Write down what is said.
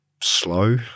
slow